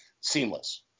Seamless